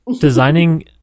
Designing